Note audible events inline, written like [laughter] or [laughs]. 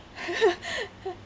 [laughs]